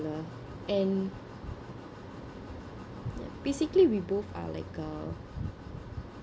and yup basically we both are like a